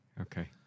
Okay